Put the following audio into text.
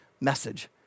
message